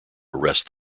arrest